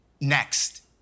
Next